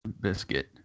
biscuit